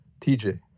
tj